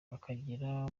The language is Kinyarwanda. akagera